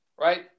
Right